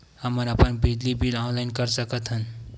हमन अपन बिजली बिल ऑनलाइन कर सकत हन?